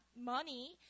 money